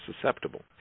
susceptible